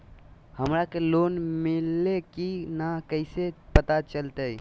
हमरा के लोन मिल्ले की न कैसे पता चलते?